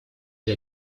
для